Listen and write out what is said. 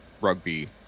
rugby